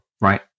right